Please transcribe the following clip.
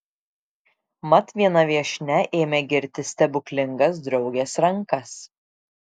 mat viena viešnia ėmė girti stebuklingas draugės rankas